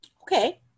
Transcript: Okay